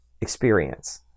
experience